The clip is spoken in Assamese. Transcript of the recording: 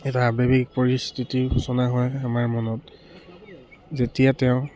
এটা আৱেগিক পৰিস্থিতিৰ সূচনা হয় আমাৰ মনত যেতিয়া তেওঁ